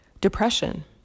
depression